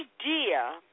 idea